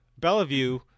Bellevue